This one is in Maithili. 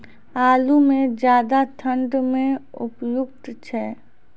आलू म ज्यादा ठंड म उपयुक्त छै?